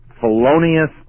felonious